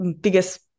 biggest